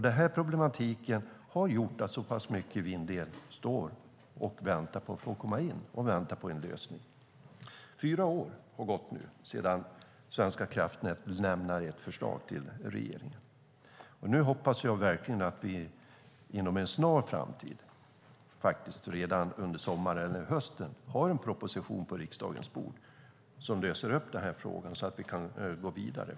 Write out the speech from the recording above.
Den här problematiken har gjort att så pass mycket vindel står och väntar på en lösning för att kunna komma in. Fyra år har nu gått sedan Svenska kraftnät lämnade ett förslag till regeringen. Nu hoppas jag verkligen att vi inom en snar framtid, redan under sommaren eller till hösten, har en proposition på riksdagens bord som löser upp den här frågan så att vi kan gå vidare.